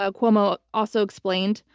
ah cuomo also explained,